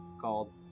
called